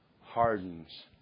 hardens